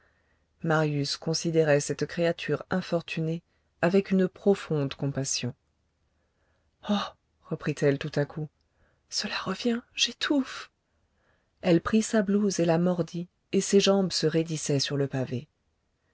marius considérait cette créature infortunée avec une profonde compassion oh reprit-elle tout à coup cela revient j'étouffe elle prit sa blouse et la mordit et ses jambes se raidissaient sur le pavé